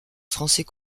français